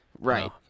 Right